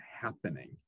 happening